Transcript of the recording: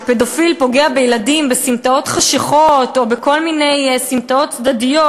שפדופיל פוגע בילדים בסמטאות חשוכות או בכל מיני סמטאות צדדיות,